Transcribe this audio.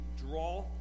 draw